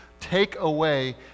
takeaway